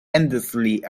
endlessly